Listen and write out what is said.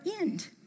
end